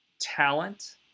talent